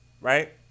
right